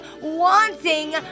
wanting